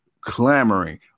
clamoring